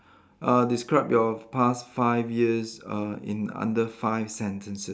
uh describe your past five years uh in under five sentences